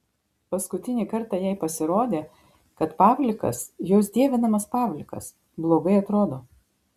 paskutinį kartą jai pasirodė kad pavlikas jos dievinamas pavlikas blogai atrodo